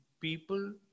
people